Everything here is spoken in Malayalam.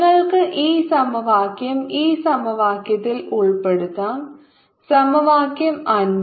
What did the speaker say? നിങ്ങൾക്ക് ഈ സമവാക്യം ഈ സമവാക്യത്തിൽ ഉൾപ്പെടുത്താം സമവാക്യം അഞ്ച്